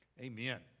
amen